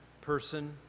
person